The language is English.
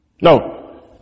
No